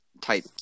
type